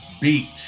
beach